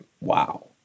wow